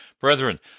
Brethren